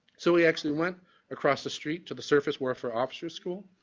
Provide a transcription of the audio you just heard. so we actually went across the street to the surface work for offshore school.